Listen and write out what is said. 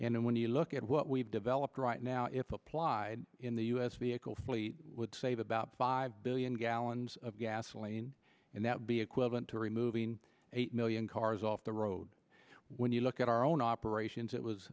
and when you look at what we've developed right now it's applied in the u s vehicle fleet would save about five billion gallons of gasoline and that would be equivalent to removing eight million cars off the road when you look at our own operations it was